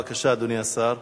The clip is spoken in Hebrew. בבקשה, אדוני השר.